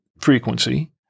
frequency